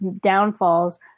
downfalls